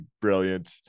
brilliant